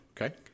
Okay